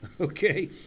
okay